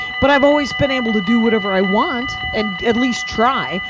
but i've always been able to do whatever i want, and at least try.